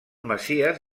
masies